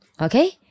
Okay